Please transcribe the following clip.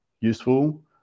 useful